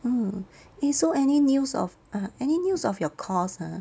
mm eh so any news of any news of your course ah